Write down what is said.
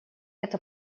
эта